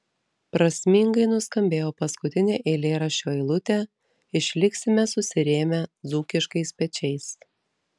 prasmingai nuskambėjo paskutinė eilėraščio eilutė išliksime susirėmę dzūkiškais pečiais